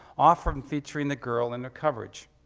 often featuring the girl in their coverage.